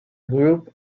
groups